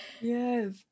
Yes